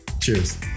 Cheers